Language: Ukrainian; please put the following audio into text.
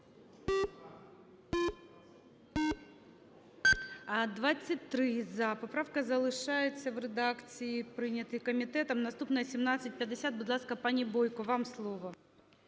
За-23 Поправка залишається в редакції, прийнятій комітетом. Наступна 1750. Будь ласка, пані Бойко, вам слово.